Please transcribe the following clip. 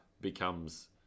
becomes